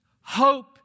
Hope